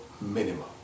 minimum